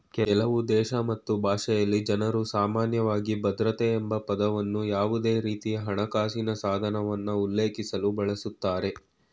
ಕೆಲವುದೇಶ ಮತ್ತು ಭಾಷೆಯಲ್ಲಿ ಜನ್ರುಸಾಮಾನ್ಯವಾಗಿ ಭದ್ರತೆ ಎಂಬಪದವನ್ನ ಯಾವುದೇರೀತಿಯಹಣಕಾಸಿನ ಸಾಧನವನ್ನ ಉಲ್ಲೇಖಿಸಲು ಬಳಸುತ್ತಾರೆ